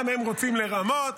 גם הם רוצים לרמות.